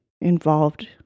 involved